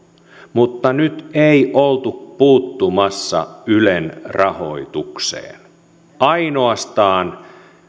mutta nyt ei oltu puuttumassa ylen rahoitukseen ainoastaan